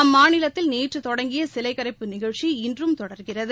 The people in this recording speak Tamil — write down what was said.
அம்மாநிலத்தில் நேற்று தொடங்கிய சிலை கரைப்பு நிகழ்ச்சி இன்றும் தொடர்கிறது